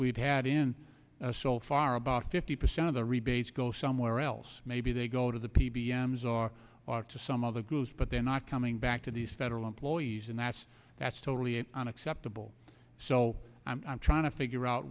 we've had in so far about fifty percent of the rebates go somewhere else maybe they go to the p b m czar or to some other girls but they're not coming back to these federal employees and that's that's totally unacceptable so i'm trying to figure out